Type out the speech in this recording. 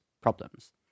problems